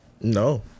No